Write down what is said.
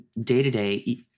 day-to-day